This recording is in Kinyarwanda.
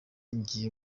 ngiye